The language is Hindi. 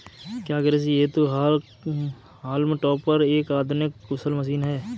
क्या कृषि हेतु हॉल्म टॉपर एक आधुनिक कुशल मशीन है?